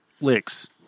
licks